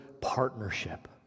partnership